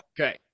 Okay